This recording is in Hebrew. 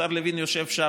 השר לוין יושב שם,